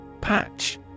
Patch